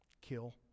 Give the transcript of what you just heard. Kill